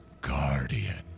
guardian